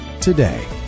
today